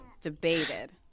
debated